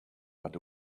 but